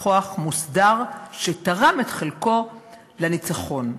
ככוח מוסדר שתרם את חלקו לניצחון.